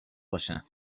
باشن